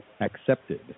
Accepted